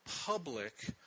public